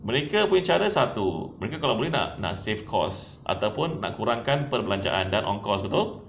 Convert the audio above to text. mereka punya cara satu mereka kalau boleh nak nak save cost ataupun nak kurankan perbelanjaan